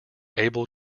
able